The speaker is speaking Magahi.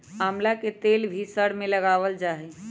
आमला के तेल भी सर में लगावल जा हई